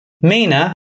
Mina